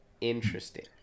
Interesting